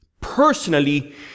personally